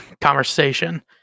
conversation